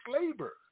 labor